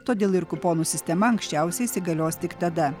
todėl ir kuponų sistema anksčiausiai įsigalios tik tada